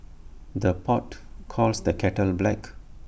the pot calls the kettle black